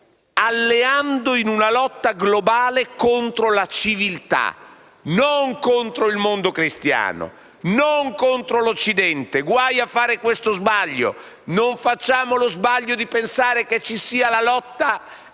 stanno alleando in una lotta globale contro la civiltà. Non contro il mondo cristiano, non contro l'Occidente, guai a fare questo sbaglio: non facciamo lo sbaglio di pensare che ci sia la lotta ai